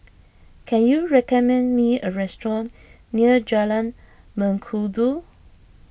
can you recommend me a restaurant near Jalan Mengkudu